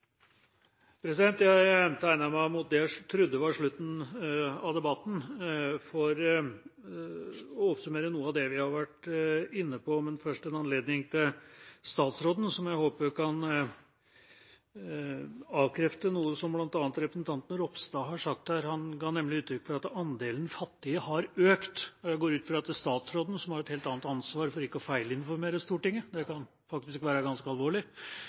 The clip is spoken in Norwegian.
Jeg tegnet meg mot det jeg trodde var slutten av debatten, for å oppsummere noe av det vi har vært inne på, men først til statsråden, som jeg håper kan avkrefte noe som bl.a. representanten Ropstad har sagt her. Han ga nemlig uttrykk for at andelen fattige har økt. Jeg går ut fra at statsråden, som har et helt annet ansvar for ikke å feilinformere Stortinget – det kan faktisk være ganske alvorlig